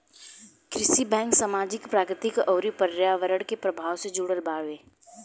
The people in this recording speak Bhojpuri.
कृषि बैंक सामाजिक, प्राकृतिक अउर पर्यावरण के प्रभाव से जुड़ल बावे